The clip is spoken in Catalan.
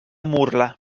murla